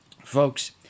Folks